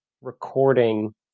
recording